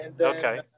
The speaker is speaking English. Okay